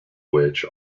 which